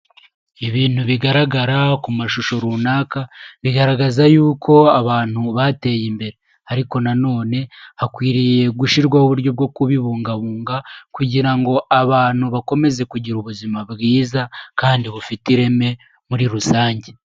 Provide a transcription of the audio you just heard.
Ibintu bigaragara ku mashusho runaka bigaragaza yuko abantu bateye imbere, ariko nan nonene hakwiriye gushyirwaho uburyo bwo kubibungabunga kugira ngo abantu bakomeze kugira ubuzima bwiza, kandi bufite ireme muri rusange.